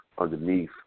underneath